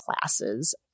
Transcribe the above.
classes